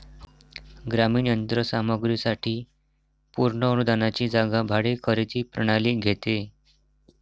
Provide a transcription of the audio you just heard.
ग्रामीण यंत्र सामग्री साठी पूर्ण अनुदानाची जागा भाडे खरेदी प्रणाली घेते